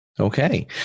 Okay